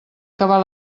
cavar